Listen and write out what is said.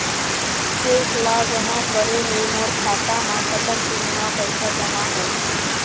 Cheque ला जमा करे ले मोर खाता मा कतक दिन मा पैसा जमा होही?